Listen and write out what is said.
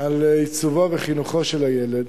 על עיצובו וחינוכו של הילד,